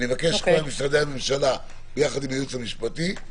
משרדי הממשלה יחד עם הייעוץ המשפטי,